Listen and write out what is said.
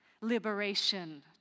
liberation